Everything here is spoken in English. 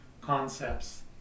concepts